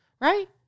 right